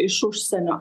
iš užsienio